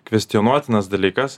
kvestionuotinas dalykas